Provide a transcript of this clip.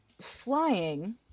flying